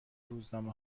روزنامه